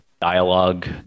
dialogue